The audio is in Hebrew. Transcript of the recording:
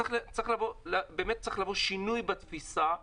צריך להיות שינוי בתפיסה,